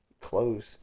close